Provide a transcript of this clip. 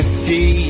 see